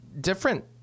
different